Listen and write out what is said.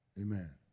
Amen